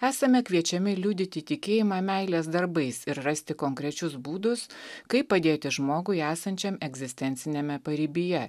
esame kviečiami liudyti tikėjimą meilės darbais ir rasti konkrečius būdus kaip padėti žmogui esančiam egzistenciniame paribyje